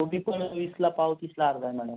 कोबी पण वीसला पाव तीसला अर्धा आहे मॅडम